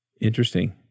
Interesting